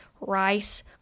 rice